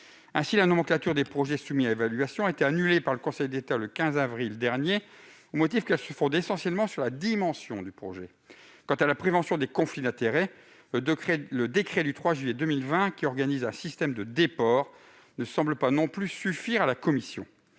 La nomenclature des projets soumis à évaluation a été annulée par le Conseil d'État le 15 avril dernier, au motif qu'elle se fonde essentiellement sur la dimension du projet. Quant à la prévention des conflits d'intérêts, le décret du 3 juillet 2020, qui organise un système de déport, ne semble pas non plus suffire à la Commission.